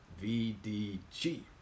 V-D-G